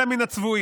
אלא מן הצבועים,